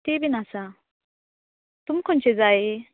ती बी आसा तुमकां खंयचें जाय